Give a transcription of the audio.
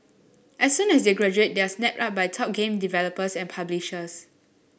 as soon as they graduate they are snapped up by top game developers and publishers